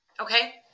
Okay